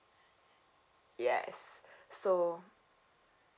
yes so